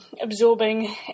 absorbing